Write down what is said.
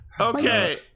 okay